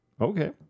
Okay